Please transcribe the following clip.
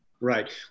Right